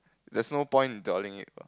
there's no point dwelling it